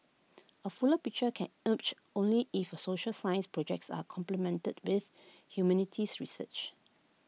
A fuller picture can urge only if social science projects are complemented with humanities research